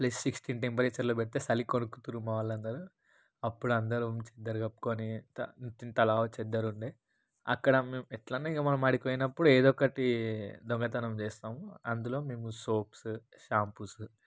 plus sixteen టెంపరేచర్లో పెడితే చలికి వణుకుతురు మా వాళ్ళందరూ అప్పుడందరు ఇంత దుప్పటి కప్పుకుని త తల వంచీ ఇద్దరూనీ అక్కడ మేం ఎట్లన్నా మేం అక్కడికి పోయినప్పుడు మనం ఏదో ఒకటి దొంగతనం చేస్తాము అందులో మేము సోప్సు షాంపూసు